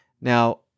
Now